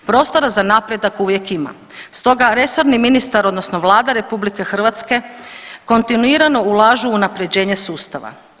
Prostora za napredak uvijek ima, stoga resorni ministar, odnosno Vlada RH kontinuirano ulažu u unaprjeđenje sustava.